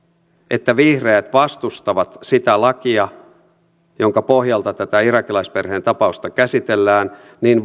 että vihreät vastustavat sitä lakia jonka pohjalta tätä irakilaisperheen tapausta käsitellään niin